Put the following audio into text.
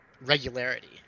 regularity